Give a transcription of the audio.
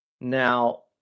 Now